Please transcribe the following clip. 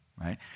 right